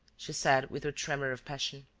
she said, with a tremor of passion.